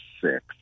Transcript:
six